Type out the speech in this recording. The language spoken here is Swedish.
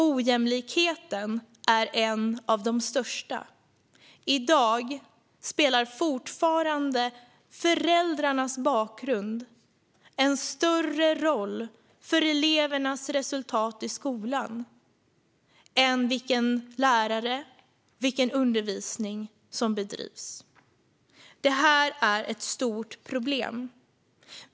Ojämlikheten är en av de största. I dag spelar fortfarande föräldrarnas bakgrund en större roll för elevernas resultat i skolan än vilken lärare de har och vilken undervisning som bedrivs. Detta är ett stort problem.